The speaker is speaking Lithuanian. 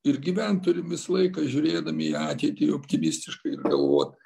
ir gyvent turim visą laiką žiūrėdami į ateitį optimistiškai ir galvot